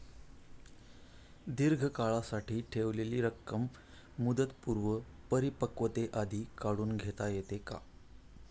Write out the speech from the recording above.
दीर्घ कालावधीसाठी ठेवलेली रक्कम मुदतपूर्व परिपक्वतेआधी काढून घेता येते का?